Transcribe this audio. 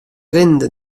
rinnende